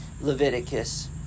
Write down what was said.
Leviticus